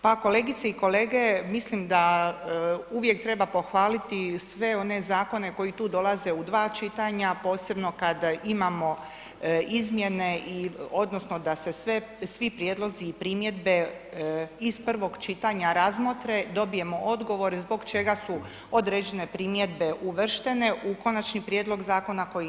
Pa kolegice i kolege, mislim da uvijek treba pohvaliti sve one zakone koji tu dolaze u dva čitanja, posebno kada imamo izmjene odnosno da se svi prijedlozi i primjedbe iz prvog čitanja razmotre, dobijemo odgovore zbog čega su određene primjedbe uvrštene u konačni prijedlog zakona, koji ne.